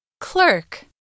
Clerk